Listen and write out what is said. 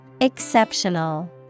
Exceptional